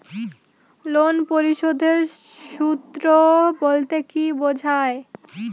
Loan পরিশোধের সূএ বলতে কি বোঝায়?